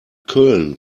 köln